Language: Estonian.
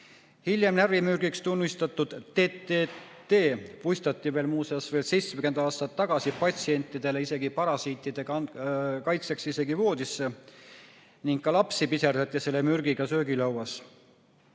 Hiljem närvimürgiks tunnistatud DDT-d puistati muuseas veel 70 aastat tagasi patsientidele parasiitide kaitseks voodisse. Ka lapsi piserdati selle mürgiga söögilauas.